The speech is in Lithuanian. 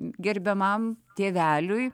gerbiamam tėveliui